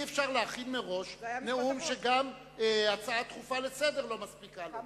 אי-אפשר להכין מראש נאום שגם הצעה דחופה לסדר-היום לא מספיקה לו,